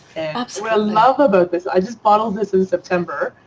um so ah love about this, i just bottled this in september.